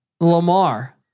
Lamar